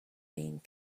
being